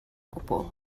gwbl